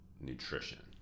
nutrition